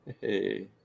hey